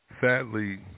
Sadly